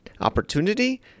opportunity